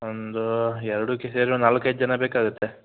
ಒಂದು ಎರಡಕ್ಕೂ ಸೇರಿ ಒಂದು ನಾಲ್ಕೈದು ಜನ ಬೇಕಾಗತ್ತೆ